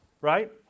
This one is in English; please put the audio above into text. right